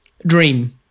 dream